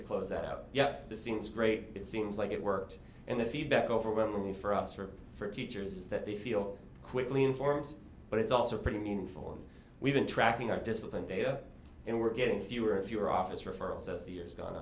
to close that out yet the scenes great it seems like it worked and the feedback overwhelming for us or for teachers is that they feel quickly informed but it's also pretty meaningful we've been tracking our discipline data and we're getting fewer and fewer office referrals as the years go